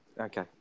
Okay